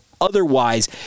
Otherwise